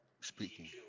speaking